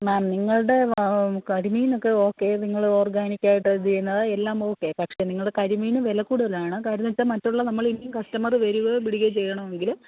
മാം നിങ്ങളുടെ കരിമീനൊക്കെ ഓക്കെ നിങ്ങള് ഓർഗാനിക്കായിട്ട് ചെയ്യുന്നത് എല്ലാം ഓക്കെ പക്ഷേ നിങ്ങള് കരിമീനിന് വില കൂടുതലാണ് കാരണം വെച്ചാൽ മറ്റുള്ള നമ്മള് ഇനിയും കസ്റ്റമറ് വരികയോ പിടിക്കുകയോ ചെയ്യണമെങ്കില്